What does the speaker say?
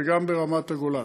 וגם ברמת-הגולן,